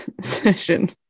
session